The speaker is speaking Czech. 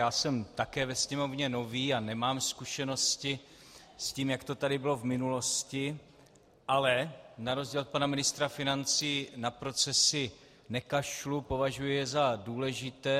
Já jsem také ve Sněmovně nový a nemám zkušenosti s tím, jak to tady bylo v minulosti, ale na rozdíl od pana ministra financí na procesy nekašlu, považuji je za důležité.